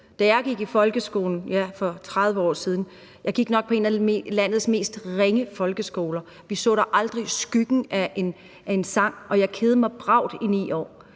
Da jeg gik i folkeskolen, ja, for 30 år siden – jeg gik nok på en af landenes mest ringe folkeskoler – så vi da aldrig skyggen af en sang, og jeg kedede mig bravt i 9 år.